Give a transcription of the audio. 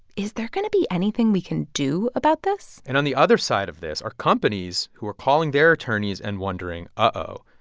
is there going to be anything we can do about this? and on the other side of this are companies who are calling their attorneys and wondering, uh-oh,